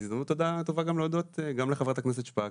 זו הזדמנות טובה גם להודות לחברת הכנסת שפק,